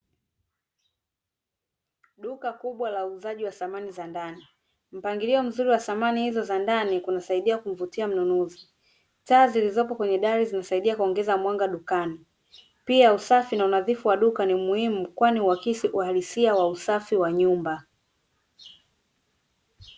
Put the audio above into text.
Duka kubwa la uuzaji wa samani za ndani. Mpangilio mzuri wa samani hizo za ndani kunasaidia kumvutia mnunuzi. Taa zilizopo kwenye dari zinasaidia kuongeza mwanga dukani, pia usafi na unadhifu wa duka ni muhimu kwani huakisi uhalisia wa usafi wa nyumba.